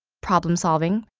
problem solving,